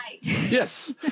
Yes